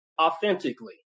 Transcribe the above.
authentically